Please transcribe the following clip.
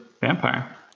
vampire